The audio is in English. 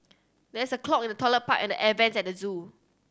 there is a clog in the toilet pipe and the air vents at the zoo